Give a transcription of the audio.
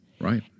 Right